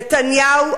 נתניהו,